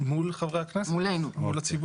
מול חברי הכנסת, מול הציבור.